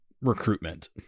recruitment